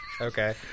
okay